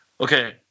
okay